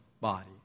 body